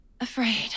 afraid